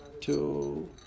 two